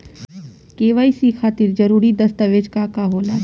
KYC खातिर जरूरी दस्तावेज का का होला?